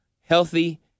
healthy